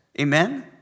Amen